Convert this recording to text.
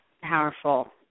powerful